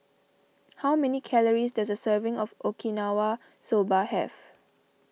how many calories does a serving of Okinawa Soba have